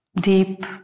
deep